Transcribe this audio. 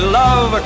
love